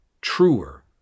truer